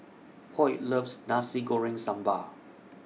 Hoyt loves Nasi Goreng Sambal